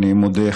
אני מודה,